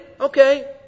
Okay